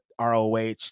roh